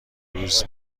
روز